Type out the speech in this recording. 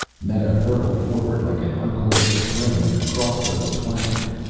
meta hurtled forward like an uncoiled spring and the crossbows twanged.